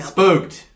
Spooked